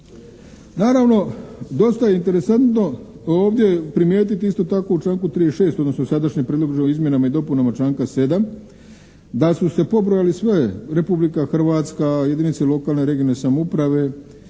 Naravno dosta je interesantno ovdje primijetiti isto tako u članku 36., odnosno sadašnjem prijedlogu o izmjenama i dopunama članka 7. da su se pobrojali sve Republika Hrvatska, jedinice lokalne, regionalne, samouprave,